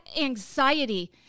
anxiety